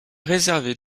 réservait